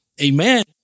Amen